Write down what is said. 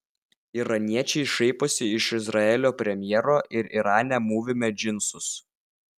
iraniečiai šaiposi iš izraelio premjero ir irane mūvime džinsus